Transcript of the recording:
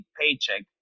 paycheck